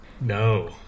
No